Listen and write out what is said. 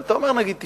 אבל אתה אומר: 91%,